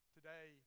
Today